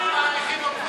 איפה האחריות שלכם?